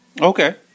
Okay